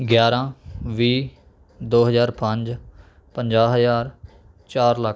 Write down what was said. ਗਿਆਰਾਂ ਵੀਹ ਦੋ ਹਜ਼ਾਰ ਪੰਜ ਪੰਜਾਹ ਹਜ਼ਾਰ ਚਾਰ ਲੱਖ